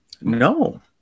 No